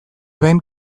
den